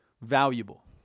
valuable